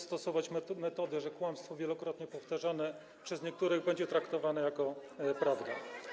stosować metodę, że kłamstwo wielokrotnie powtarzane przez niektórych będzie traktowane jak prawda.